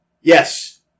Yes